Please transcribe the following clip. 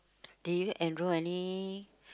do you enroll any